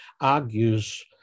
argues